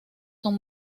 son